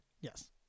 Yes